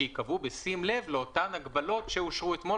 שיקבעו בשים לב לאותן הגבלות שאושרו אתמול